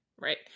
Right